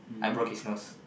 I broke his nose